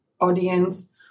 audience